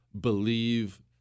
believe